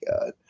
god